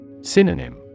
Synonym